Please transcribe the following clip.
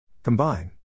Combine